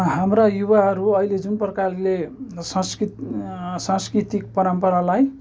हाम्रा युवाहरू अहिले जुन प्रकारले संस्कृत सांस्कृतिक परम्परालाई